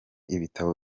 ibitabo